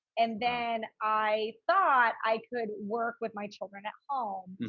and then i thought i could work with my children at home.